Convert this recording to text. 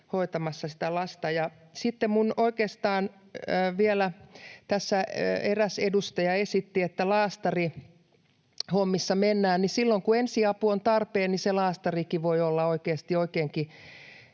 hoitamassa sitä lasta. Sitten oikeastaan vielä: Tässä eräs edustaja esitti, että laastarihommissa mennään. Silloin kun ensiapu on tarpeen, niin se laastarikin voi olla oikeasti oikeinkin